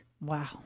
Wow